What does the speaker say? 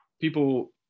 people